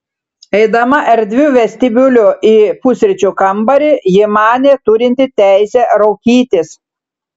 eidama erdviu vestibiuliu į pusryčių kambarį ji manė turinti teisę raukytis